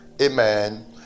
amen